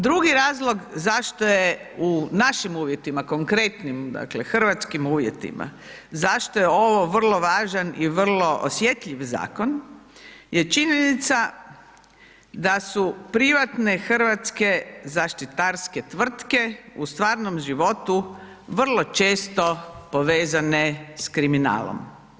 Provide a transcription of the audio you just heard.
Drugi razlog zašto je u našim uvjetima, konkretnim, dakle hrvatskim uvjetima, zašto je ovo vrlo važan i vrlo osjetljiv zakon je činjenica da su privatne hrvatske zaštitarske tvrtke u stvarnom životu vrlo često povezane s kriminalom.